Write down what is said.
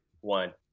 One